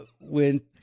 went